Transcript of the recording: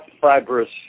fibrous